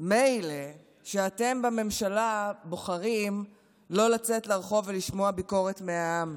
מילא שאתם בממשלה בוחרים לא לצאת לרחוב ולשמוע ביקורת מהעם,